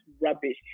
rubbish